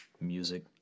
music